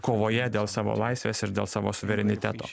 kovoje dėl savo laisvės ir dėl savo suvereniteto